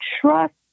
trust